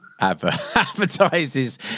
advertises